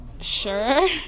Sure